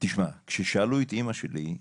כששאלו את אימא שלי,